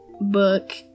book